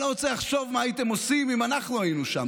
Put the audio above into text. אני לא רוצה לחשוב מה הייתם עושים אם אנחנו היינו שם.